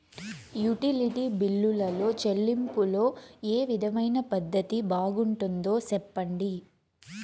Utility బిల్లులో చెల్లింపులో ఏ విధమైన పద్దతి బాగుంటుందో సెప్పండి?